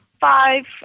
five